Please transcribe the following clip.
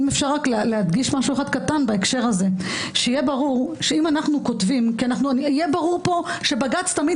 אם אפשר להדגיש משהו קטן בהקשר הזה: שיהיה ברור פה שבג"ץ תמיד